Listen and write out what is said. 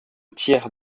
thiers